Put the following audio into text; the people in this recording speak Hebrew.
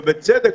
ובצדק,